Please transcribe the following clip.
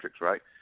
right